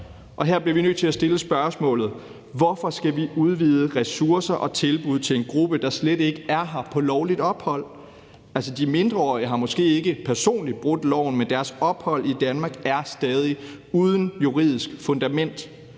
Her bliver vi nødt til at stille spørgsmålet: Hvorfor skal vi give flere ressourcerog udvide tilbuddene til en gruppe, der slet ikke er her på lovligt ophold? De mindreårige har måske ikke personligt brudt loven, men deres ophold i Danmark er stadig uden juridisk fundament.